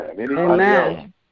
Amen